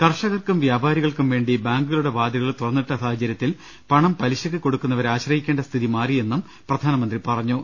കർഷകർക്കും വ്യാപാരികൾക്കും വേണ്ടി ബാങ്കുകളുടെ വാതിലുകൾ തുറന്നിട്ട സാഹചര്യത്തിൽ പണം പലിശക്ക് കൊടുക്കുന്നവരെ ആശ്രയിക്കേണ്ട സ്ഥിതി മാറിയെന്നും പ്രധാനമന്ത്രി പറഞ്ഞു